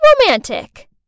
romantic